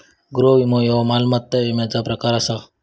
गृह विमो ह्यो मालमत्ता विम्याचा प्रकार आसा